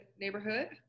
neighborhood